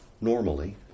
normally